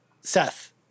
Seth